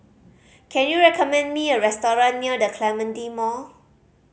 can you recommend me a restaurant near The Clementi Mall